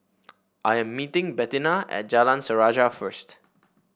I am meeting Bettina at Jalan Sejarah first